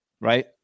right